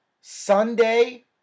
Sunday